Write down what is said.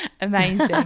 Amazing